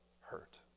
hurt